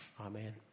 Amen